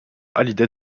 hallyday